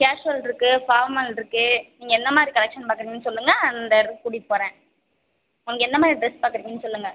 casual இருக்கு formal இருக்கு நீங்கள் என்னமாதிரி கலெக்ஷன் பார்க்குறீங்கன்னு சொல்லுங்கள் அந்த இடத்துக்கு கூட்டிகிட்டு போகறேன் உங்களுக்கு என்னமாதிரி டிரெஸ் பார்க்குறீங்கன்னு சொல்லுங்கள்